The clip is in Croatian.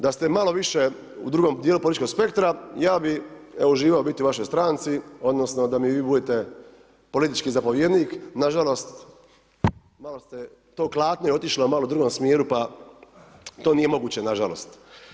Da ste malo više u drugom dijelu političkog spektra ja bih uživao biti u vašoj stranci, odnosno da mi vi budete politički zapovjednik, nažalost, malo ste, to klatno je otišlo malo u drugom smjeru pa to nije moguće nažalost.